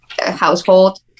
household